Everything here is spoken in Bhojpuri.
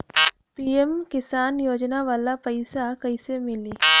पी.एम किसान योजना वाला पैसा कईसे मिली?